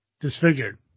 Disfigured